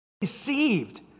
deceived